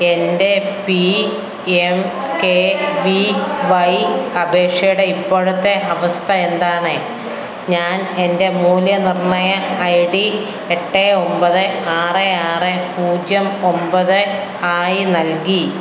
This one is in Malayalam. എൻ്റെ P M K V Y അപേക്ഷയുടെ ഇപ്പോഴത്തെ അവസ്ഥ എന്താണ് ഞാൻ എൻ്റെ മൂല്യനിർണ്ണയ ഐ ഡി എട്ട് ഒൻപത് ആറ് ആറ് പൂജ്യം ഒൻപത് ആയി നൽകി